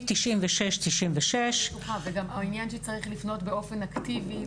9696*. העניין שצריך לפנות באופן אקטיבי.